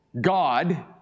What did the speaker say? God